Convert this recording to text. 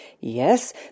Yes